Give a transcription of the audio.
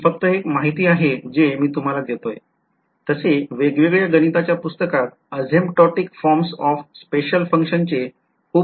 हि फक्त एक माहिती आहे जे मी तुम्हाला देतोय तसे वेगवेगळ्या गणिताच्या पुस्तकात asymptotic forms of special function चे खूप छान documentation केलेले आहे